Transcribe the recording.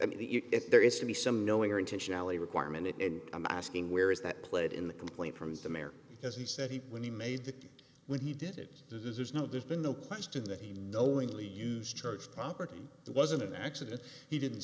i mean the if there is to be some knowing or intentionally requirement and i'm asking where is that played in the complaint from the mayor because he said he when he made when he did it is there's no there's been no question that he knowingly used church property it wasn't an accident he didn't